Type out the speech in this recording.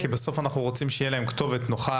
כי בסוף אנחנו רוצים שתהיה להם כתובת נוחה,